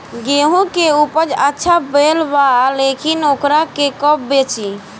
गेहूं के उपज अच्छा भेल बा लेकिन वोकरा के कब बेची?